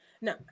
No